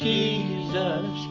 Jesus